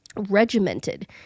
regimented